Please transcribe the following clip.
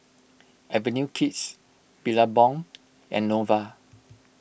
Avenue Kids Billabong and Nova